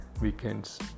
weekends